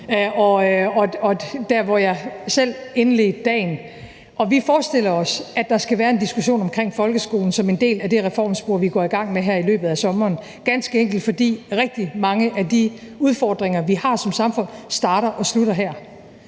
som jeg selv indledte dagen med – og vi forestiller os, at der skal være en diskussion om folkeskolen som en del af det reformspor, vi går i gang med her i løbet af sommeren, ganske enkelt fordi rigtig mange af de udfordringer, vi har som samfund, starter og slutter her.